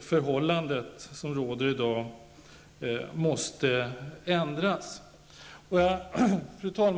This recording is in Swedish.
förhållande som råder i dag inte är bra utan måste ändras. Fru talman!